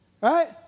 Right